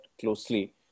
closely